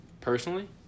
Personally